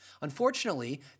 Unfortunately